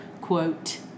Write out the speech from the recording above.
quote